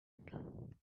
been